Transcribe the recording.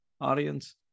audience